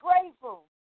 grateful